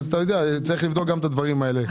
צריך לבדוק גם את הדברים האלה.